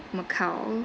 macau